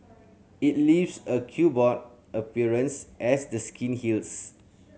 it leaves a chequerboard appearance as the skin heals